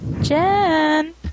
Jen